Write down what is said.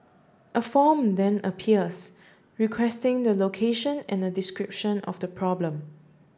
a form then appears requesting the location and a description of the problem